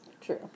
True